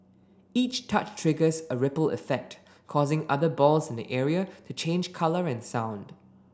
each touch triggers a ripple effect causing other balls in the area to change colour and sound